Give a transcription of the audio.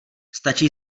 stačí